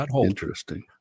interesting